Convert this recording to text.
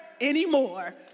anymore